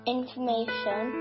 information